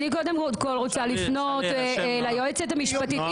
אני קודם כל רוצה לפנות ליועצת המשפטית.